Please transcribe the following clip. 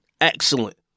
Excellent